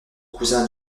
cousin